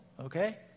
Okay